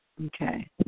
Okay